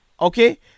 Okay